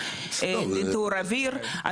ניטור אוויר,